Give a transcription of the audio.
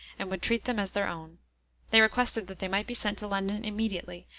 and would treat them as their own they requested that they might be sent to london immediately,